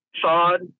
sod